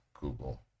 google